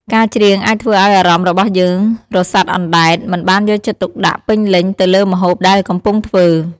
ការច្រៀងអាចធ្វើឱ្យអារម្មណ៍របស់យើងរសាត់អណ្ដែត មិនបានយកចិត្តទុកដាក់ពេញលេញទៅលើម្ហូបដែលកំពុងធ្វើ។